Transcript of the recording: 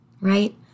right